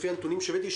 לפי הנתונים שהבאתי,